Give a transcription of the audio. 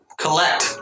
Collect